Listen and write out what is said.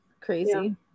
crazy